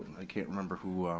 i can't remember who